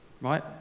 right